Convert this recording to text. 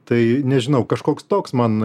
tai nežinau kažkoks toks man